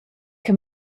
che